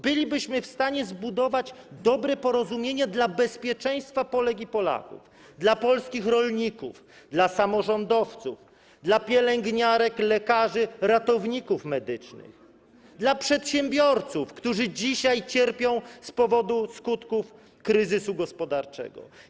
Bylibyśmy w stanie zbudować dobre porozumienie dla bezpieczeństwa Polek i Polaków, dla polskich rolników, dla samorządowców, dla pielęgniarek, lekarzy, ratowników medycznych, dla przedsiębiorców, którzy dzisiaj cierpią z powodu skutków kryzysu gospodarczego.